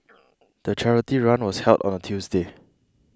the charity run was held on a Tuesday